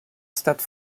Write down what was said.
stade